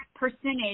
percentage